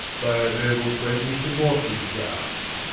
by our noble friend mr. mortensgaard.